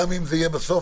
גם אם זה יהיה בסוף